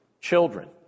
children